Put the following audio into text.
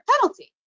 penalty